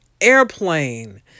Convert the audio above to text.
airplane